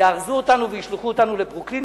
יארזו אותנו וישלחו אותנו לברוקלין?